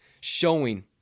showing